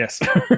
yes